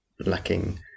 lacking